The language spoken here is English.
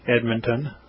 Edmonton